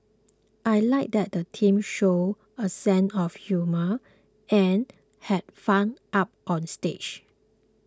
I like that the teams showed a sense of humour and had fun up on stage